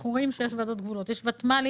אנחנו רואים שיש שם ועדות גבולות, יש ותמ"לים.